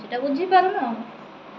ସେଇଟା ବୁଝିପାରୁନ